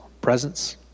presence